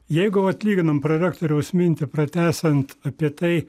jeigu vat lyginam prorektoriaus mintį pratęsiant apie tai